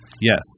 Yes